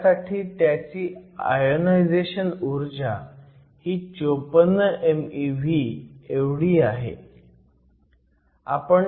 त्यासाठी त्याची आयोनायझेशन ऊर्जा ही 54 mev एवढी आहे